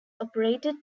operated